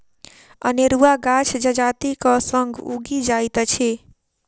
अनेरुआ गाछ जजातिक संग उगि जाइत अछि